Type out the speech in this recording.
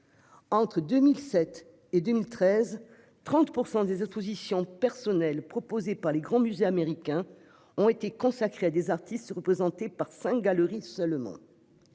Entre 2007 et 2013, 30 % des expositions personnelles proposées par les grands musées américains ont ainsi été consacrées à des artistes représentés par seulement